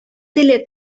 теле